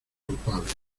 culpable